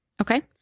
Okay